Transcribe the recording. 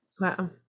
Wow